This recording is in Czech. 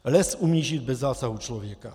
Les umí žít bez zásahu člověka.